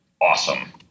awesome